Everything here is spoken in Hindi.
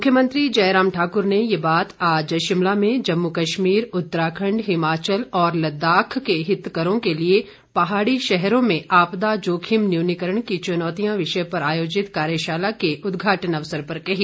मुख्यमंत्री जयराम ठाकुर ने ये बात आज शिमला में जम्मू कश्मीर उत्तराखण्ड हिमाचल और लद्दाख के हितकरों के लिए पहाड़ी शहरों में आपदा जोखिम न्यूनीकरण की चुनौतियां विषय पर आयोजित कार्यशाला के उदघाटन अवसर पर कही